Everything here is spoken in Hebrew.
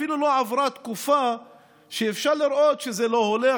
אפילו לא עברה תקופה שבה היה אפשר לראות שזה לא הולך,